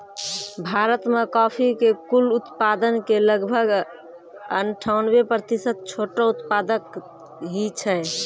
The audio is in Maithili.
भारत मॅ कॉफी के कुल उत्पादन के लगभग अनठानबे प्रतिशत छोटो उत्पादक हीं छै